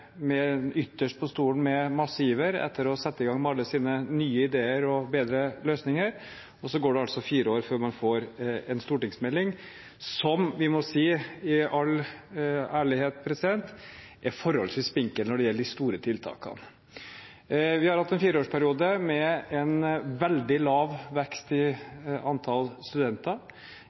med masse iver etter å sette i gang med alle sine nye ideer og bedre løsninger, men så går det altså fire år før man får en stortingsmelding som vi i all ærlighet må si er forholdsvis spinkel når det gjelder de store tiltakene. Vi har hatt en fireårsperiode med en veldig lav vekst i antall studenter,